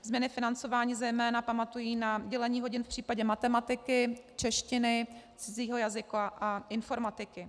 změny financování zejména pamatují na dělení hodin v případě matematiky, češtiny, cizího jazyka a informatiky.